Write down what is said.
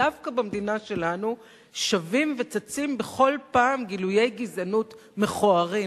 דווקא במדינה שלנו שבים וצצים בכל פעם גילויי גזענות מכוערים,